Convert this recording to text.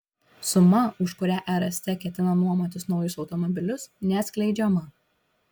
suma už kurią rst ketina nuomotis naujus automobilius neatskleidžiama